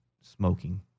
smoking